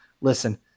Listen